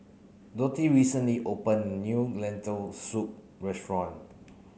Dottie recently open new Lentil Soup restaurant